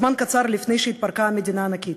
זמן קצר לפני שהתפרקה המדינה הענקית.